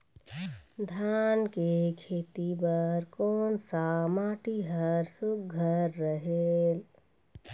धान के खेती बर कोन सा माटी हर सुघ्घर रहेल?